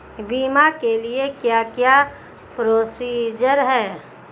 बीमा के लिए क्या क्या प्रोसीजर है?